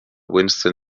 winston